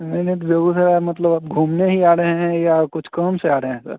नहीं नहीं तो बेगूसराय मतलब आप घूमने ही आ रहें हैं या कुछ काम से आ रहें हैं सर